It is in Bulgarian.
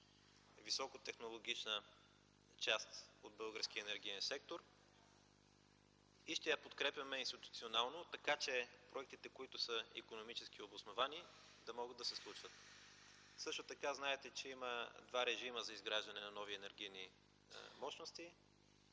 високотехнологична част от българския енергиен сектор и ще я подкрепяме институционално, така че проектите, които са икономически обосновани, да могат да се случват. Също така знаете, че има два режима за изграждане на нови енергийни мощности